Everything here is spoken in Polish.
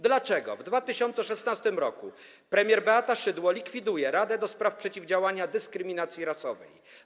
Dlaczego w 2016 r. premier Beata Szydło likwiduje radę ds. przeciwdziałania dyskryminacji rasowej?